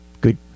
Good